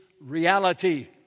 reality